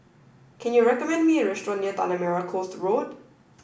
can you recommend me a restaurant near Tanah Merah Coast Road